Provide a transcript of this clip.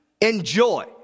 enjoy